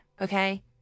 okay